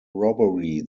robbery